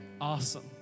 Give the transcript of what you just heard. Awesome